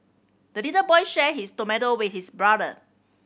the little boy shared his tomato with his brother